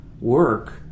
work